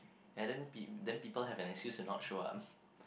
and then pe~ then people have an excuse to not show up